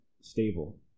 stable